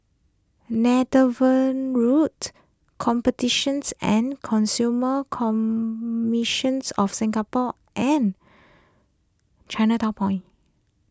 Netheravon Road Competitions and Consumer Commissions of Singapore and Chinatown Point